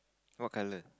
what colour